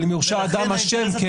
אבל אם יורשע אדם אשם כן.